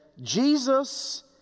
Jesus